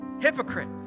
Hypocrite